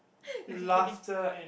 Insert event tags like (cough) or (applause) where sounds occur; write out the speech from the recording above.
(breath) no kidding